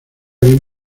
bien